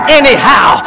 anyhow